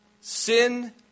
sin